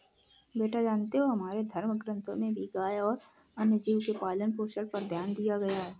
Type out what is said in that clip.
बेटा जानते हो हमारे धर्म ग्रंथों में भी गाय और अन्य जीव के पालन पोषण पर ध्यान दिया गया है